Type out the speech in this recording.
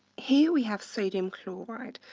here, we have sodium chloride.